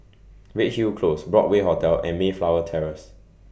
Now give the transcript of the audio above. Redhill Close Broadway Hotel and Mayflower Terrace